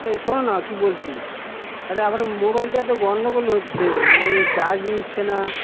এই শোনো না কি বলছি আরে আবার মোবাইলটা তো গন্ডগোল হচ্ছে এ চার্জ নিচ্ছে না